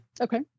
okay